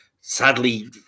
sadly